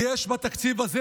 כי יש בתקציב הזה,